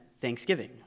Thanksgiving